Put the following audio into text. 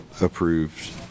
approved